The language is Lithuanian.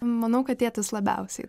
manau kad tėtis labiausiai